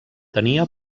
tenia